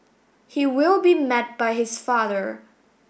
he will be met by his father